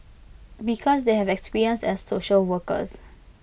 because they have experience as social workers